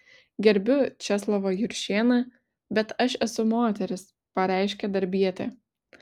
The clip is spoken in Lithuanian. gerbiu česlovą juršėną bet aš esu moteris pareiškė darbietė